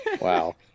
Wow